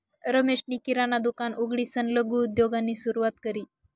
रमेशनी किराणा दुकान उघडीसन लघु उद्योगनी सुरुवात करी